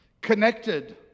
connected